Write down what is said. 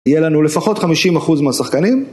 יהיה לנו לפחות חמישים אחוז מהשחקנים